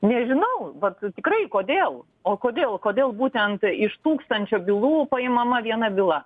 nežinau vat tikrai kodėl o kodėl o kodėl būtent iš tūkstančio bylų paimama viena byla